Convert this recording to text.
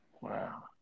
Wow